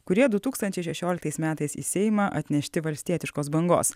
kurie du tūkstančiai šešioliktais metais į seimą atnešti valstietiškos bangos